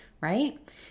right